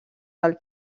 del